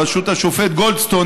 בראשות השופט גולדסטון,